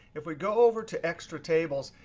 if we go over to extra tables,